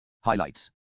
Highlights